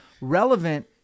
relevant